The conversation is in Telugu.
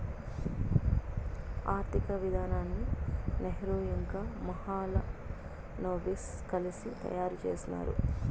ఆర్థిక విధానాన్ని నెహ్రూ ఇంకా మహాలనోబిస్ కలిసి తయారు చేసినారు